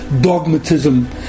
dogmatism